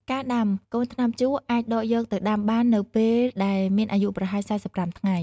ការដាំ កូនថ្នាំជក់អាចដកយកទៅដាំបាននៅពេលដែលមានអាយុប្រហែល ៤៥ ថ្ងៃ។